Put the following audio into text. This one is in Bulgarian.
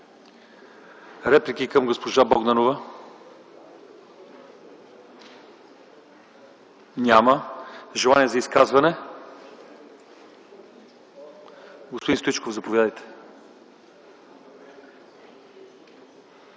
Реплики към госпожа Богданова? Няма. Желание за изказване? Господин Стоичков, заповядайте.